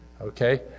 okay